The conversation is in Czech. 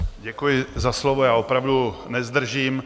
Děkuji za slovo, já opravdu nezdržím.